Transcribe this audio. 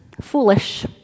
foolish